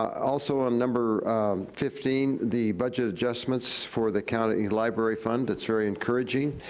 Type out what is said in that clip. also on number fifteen, the budget adjustments for the county library fund, it's very encouraging.